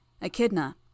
Echidna